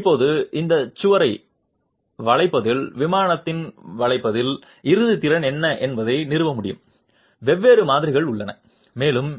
இப்போது இந்த சுவரை வளைப்பதில் விமானத்தில் வளைப்பதில் இறுதி திறன் என்ன என்பதை நிறுவ முடியும் வெவ்வேறு மாதிரிகள் உள்ளன மேலும்